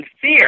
fear